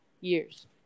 years